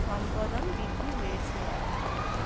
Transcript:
সম্পদ বৃদ্ধি হয়েছে